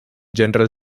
general